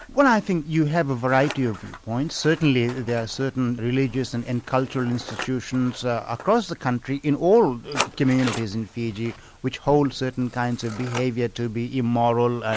well i think you have a variety of viewpoints. certainly there are certain religious and and cultural institutions across the country in all communities in fiji which hold certain kinds of behaviour to be immoral,